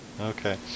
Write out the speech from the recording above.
Okay